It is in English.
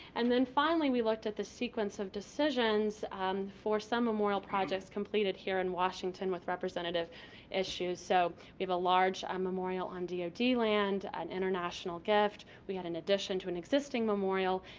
and then, finally, we looked at the sequence of decisions for some memorial projects completed here in washington with representative issues, so we have a large um memorial on dod so land, an international gift. we had an addition to an existing memorial,